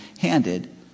handed